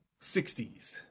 60s